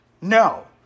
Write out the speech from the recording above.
No